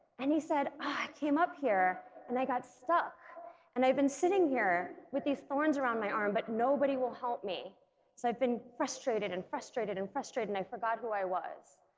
and he said i came up here and i got stuck and i've been sitting here with these thorns around my arm but nobody will help me so i've been frustrated and frustrated and frustrated i forgot who i was